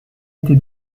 été